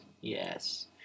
Yes